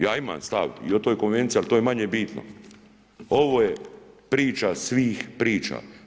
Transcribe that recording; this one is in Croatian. Ja imam stav i o toj konvenciji ali to je manje bitno, ovo je priča svih priča.